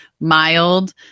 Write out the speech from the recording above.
mild